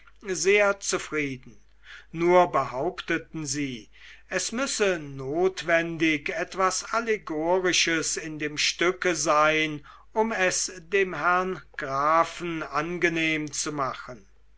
sehr zufrieden nur behaupteten sie es müsse notwendig etwas allegorisches in dem stücke sein um es dem herrn grafen angenehm zu machen